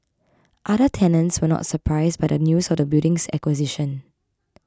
other tenants were not surprised by the news of the building's acquisition